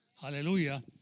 hallelujah